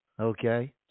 Okay